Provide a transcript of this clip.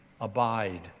abide